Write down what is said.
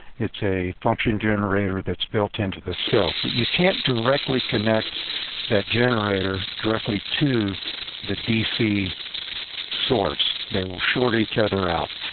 it's a function generator that's built into the scope. but you can't directly connect that generator directly to the dc source. they will short each other out.